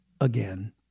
again